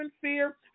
fear